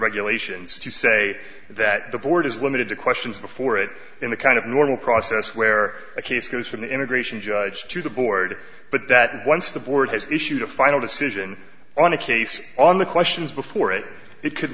regulations to say that the board is limited to questions before it in the kind of normal process where a case goes from the immigration judge to the board but that once the board has issued a final decision on a case on the questions before it it could